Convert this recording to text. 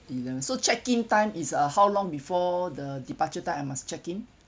so check in time is uh how long before the departure time I must check in